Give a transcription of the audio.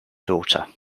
daughter